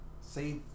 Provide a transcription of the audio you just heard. say